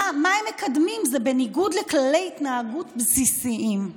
מה הם מקדמים, זה בניגוד לכללי התנהגות בסיסיים.